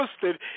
posted